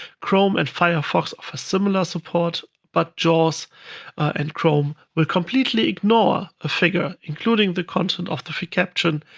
chrome and firefox offer similar support, but jaws and chrome will completely ignore a figure, including the content of the figcaption,